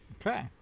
Okay